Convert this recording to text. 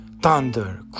Thunder